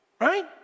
Right